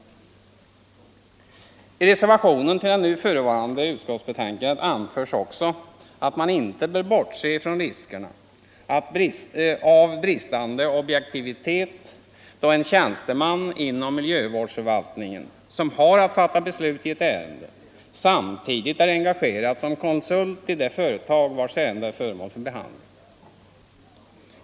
naturvårdslagen I reservation till det nu förevarande utskottsbetänkandet anförs också = och skogsvårdslaatt man inte bör bortse från riskerna av bristande objektivitet då en tjäns — gen, m.m. teman inom miljövårdsförvaltningen, som har att fatta beslut i ett ärende, samtidigt är engagerad som konsult i det företag vars ärende är föremål för behandling.